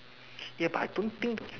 ya but I don't think